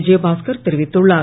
விஜயபாஸ்கர் தெரிவித்துள்ளார்